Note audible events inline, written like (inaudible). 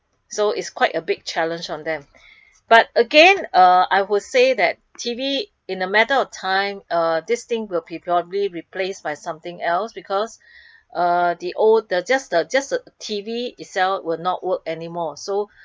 so is quite a big challenge on them (breath) but again uh I would say that T_V in a matter of time uh this thing will be purely replace by something else because (breath) uh the old the just the just the T_V itself will not work anymore so (breath)